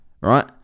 right